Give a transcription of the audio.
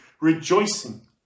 rejoicing